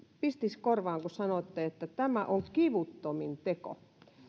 pisti korvaan kun sanoitte että tämä on kivuttomin teko